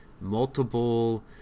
multiple